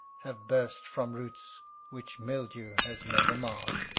have burst from roots which mildew has never marred,